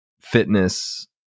fitness